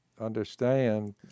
understand